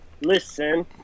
Listen